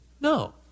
No